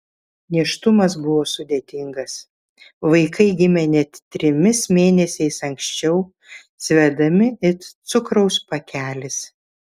nėštumas buvo sudėtingas vaikai gimė net trimis mėnesiais anksčiau sverdami it cukraus pakelis